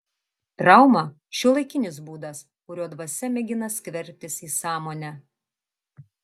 trauma šiuolaikinis būdas kuriuo dvasia mėgina skverbtis į sąmonę